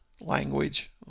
language